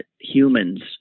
humans